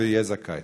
ויהיה זכאי.